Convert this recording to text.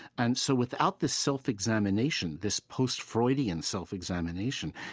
and so without this self-examination, this post-freudian self-examination,